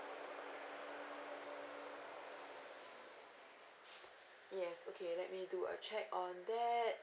yes okay let me do a check on that